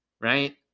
right